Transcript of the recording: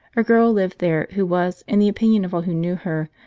a girl lived there who was, in the opinion of all who knew her,